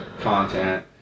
content